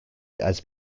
its